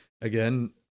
again